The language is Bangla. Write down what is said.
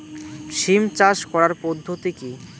সিম চাষ করার পদ্ধতি কী?